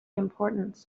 importance